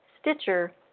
Stitcher